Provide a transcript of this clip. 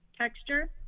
Texture